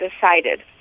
decided